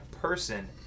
person